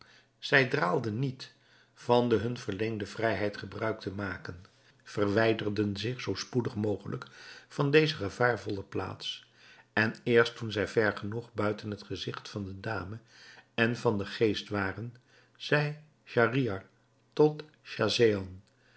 zij draalden niet van de hun verleende vrijheid gebruik te maken verwijderden zich zoo spoedig mogelijk van deze gevaarvolle plaats en eerst toen zij ver genoeg buiten het gezigt van de dame en van den geest waren zeide schahriar tot